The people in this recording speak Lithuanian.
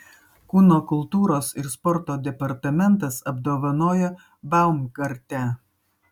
kūno kultūros ir sporto departamentas apdovanojo baumgartę